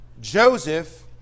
Joseph